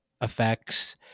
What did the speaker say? effects